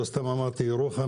לא סתם אמרתי ירוחם,